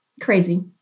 crazy